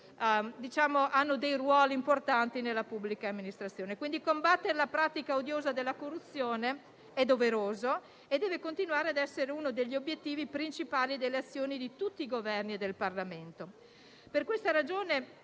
rivestono ruoli importanti nella pubblica amministrazione. Quindi, combattere la pratica odiosa della corruzione è doveroso e deve continuare ad essere uno degli obiettivi principali delle azioni di tutti i Governi e del Parlamento. Per questa ragione,